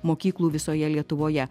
mokyklų visoje lietuvoje